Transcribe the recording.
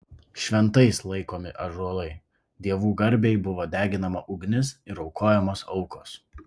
šventais laikomi ąžuolai dievų garbei buvo deginama ugnis ir aukojamos aukos